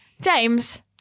James